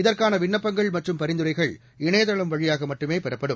இதற்கான விண்ணப்பங்கள் மற்றும் பரிந்துரைகள் இணையதளம் வழியாக மட்டுமே பெறப்படும்